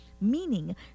meaning